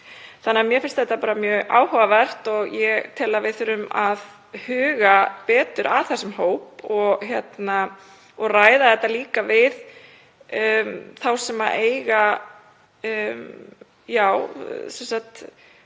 þannig að mér finnst þetta bara mjög áhugavert og ég tel að við þurfum að huga betur að þessum hóp og ræða þetta við eldra fólk og